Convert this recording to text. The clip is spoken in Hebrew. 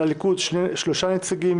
לליכוד שלושה נציגים,